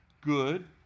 good